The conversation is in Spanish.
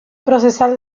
procesal